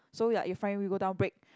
so ya if front wheel go down brake